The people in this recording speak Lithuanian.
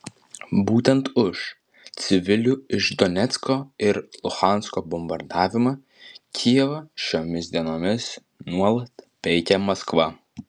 būtent už civilių iš donecko ir luhansko bombardavimą kijevą šiomis dienomis nuolat peikia maskva